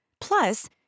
Plus